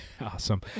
Awesome